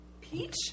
Peach